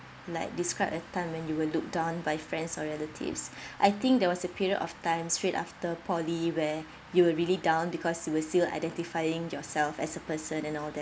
like describe a time when you were looked down by friends or relatives I think there was a period of time straight after poly where you were really down because you were still identifying yourself as a person and all that